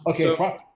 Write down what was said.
Okay